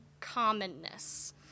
commonness